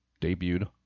debuted